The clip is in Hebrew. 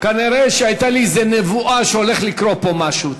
כנראה הייתה לי איזו נבואה שהולך לקרות פה משהו,